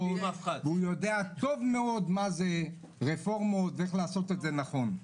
והוא יודע טוב מאוד מה זה רפורמות ואיך לעשות את זה נכון.